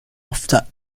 افتد